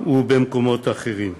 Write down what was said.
ובמקומות אחרים.